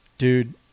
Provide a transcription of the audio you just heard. dude